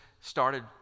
started